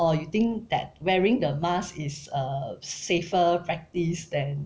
or you think that wearing the mask is a safer practice than